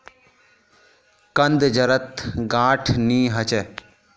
कंद जड़त गांठ नी ह छ